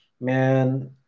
man